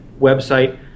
website